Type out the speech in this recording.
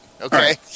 Okay